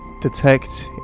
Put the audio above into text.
detect